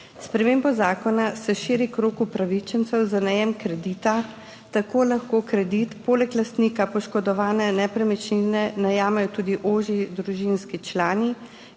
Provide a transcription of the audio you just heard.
spremembo zakona se širi krog upravičencev za najem kredita. Tako lahko kredit poleg lastnika poškodovane nepremičnine najamejo tudi ožji družinski člani,